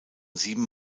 sieben